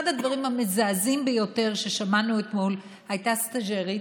אחד הדברים המזעזעים ביותר ששמענו אתמול הייתה מסטאז'רית